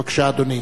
בבקשה, אדוני.